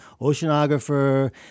oceanographer